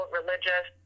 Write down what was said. religious